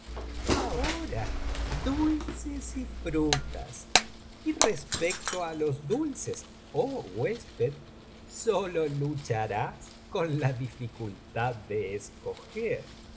ahora dulces y frutas y respecto á los dulces oh huésped sólo lucharás con la dificultad de escoger